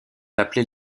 appelée